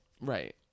Right